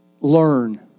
learn